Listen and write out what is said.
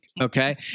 okay